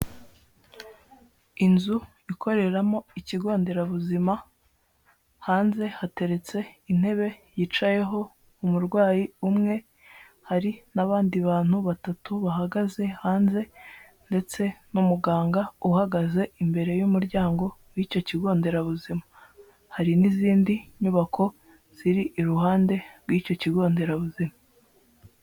Inzu ikoreramo ikigo nderabuzima, hanze hateretse intebe yicayeho umurwayi umwe, hari n'abandi bantu batatu bahagaze hanze ndetse n'umuganga uhagaze imbere y'umuryango w'icyo kigo nderabuzima, hari n'izindi nyubako ziri iruhande rw'icyo kigo nderabuzima.